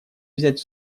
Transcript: взять